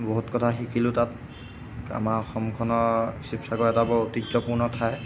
বহুত কথা শিকিলো তাত আমাৰ অসমখনৰ শিবসাগৰ এটা বৰ ঐতিহ্যপূৰ্ণ ঠাই